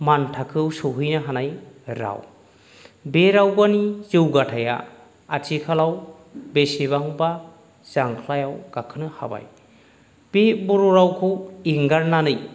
मान थाखोआव सहैनो हानाय राव बे रावनि जौगाथाया आथिखालाव बेसेबांबा जांख्लायाव गाखोनो हाबाय बे बर' रावखौ एंगारनानै